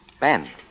Ben